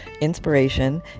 inspiration